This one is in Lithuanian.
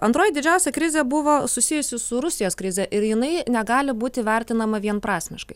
antroji didžiausia krizė buvo susijusi su rusijos krize ir jinai negali būti vertinama vienprasmiškai